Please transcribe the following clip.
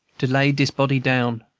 to lay dis body down.